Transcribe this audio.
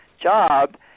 job